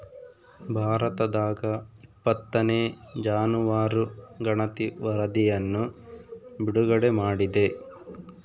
ಭಾರತದಾಗಇಪ್ಪತ್ತನೇ ಜಾನುವಾರು ಗಣತಿ ವರಧಿಯನ್ನು ಬಿಡುಗಡೆ ಮಾಡಿದೆ